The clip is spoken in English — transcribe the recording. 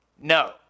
No